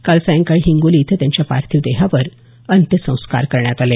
काल सायंकाळी हिंगोली इथं त्यांच्या पार्थिव देहावर अंत्यसंस्कार करण्यात आले